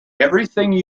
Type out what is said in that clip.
everything